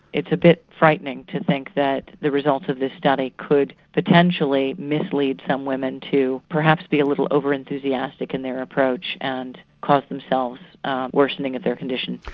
it's a bit frightening to think that the results of this study could potentially mislead some women to perhaps be a little over-enthusiastic in their approach and cause themselves a worsening of their condition.